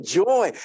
joy